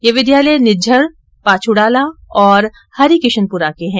ये विद्यालय निझंर पाछुडाला और हरिकिशनपुरा के है